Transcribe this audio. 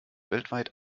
weltweit